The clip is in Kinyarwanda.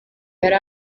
yari